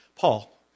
Paul